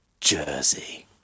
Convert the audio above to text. Jersey